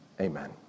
Amen